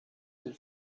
del